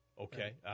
Okay